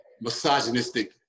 misogynistic